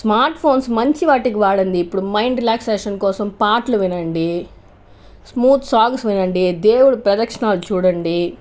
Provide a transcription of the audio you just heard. smart phones మంచివాటికి వాడండి ఇప్పుడు మైండ్ రిలాక్సేషన్ కోసం పాటలు వినండీ స్మూత్ సాంగ్స్ వినండీ దేవుడు ప్రదక్షిణాలు చూడండీ